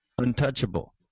untouchable